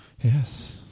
Yes